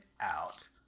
out